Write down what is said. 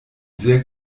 sehr